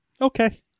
Okay